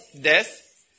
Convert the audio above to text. death